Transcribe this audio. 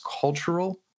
cultural